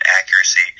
accuracy